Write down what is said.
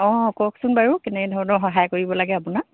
অঁ কওকচোন বাৰু কেনেধৰণৰ সহায় কৰিব লাগে আপোনাক